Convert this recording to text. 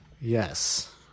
Yes